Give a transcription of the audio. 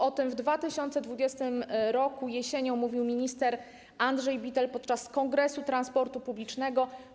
O tym w 2020 r. jesienią mówił minister Andrzej Bittel podczas kongresu transportu publicznego.